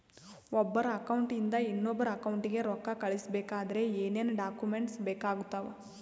ಒಬ್ಬರ ಅಕೌಂಟ್ ಇಂದ ಇನ್ನೊಬ್ಬರ ಅಕೌಂಟಿಗೆ ರೊಕ್ಕ ಕಳಿಸಬೇಕಾದ್ರೆ ಏನೇನ್ ಡಾಕ್ಯೂಮೆಂಟ್ಸ್ ಬೇಕಾಗುತ್ತಾವ?